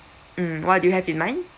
mm what do you have in mind